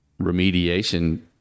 remediation